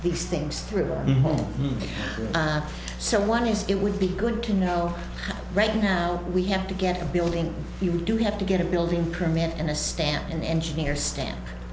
these things through or not so one is it would be good to know right now we have to get a building you do have to get a building permit and a stamp and engineer stamp